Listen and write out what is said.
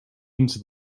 into